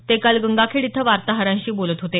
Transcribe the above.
ते काल गंगाखेड इथं वार्ताहरांशी बोलत होते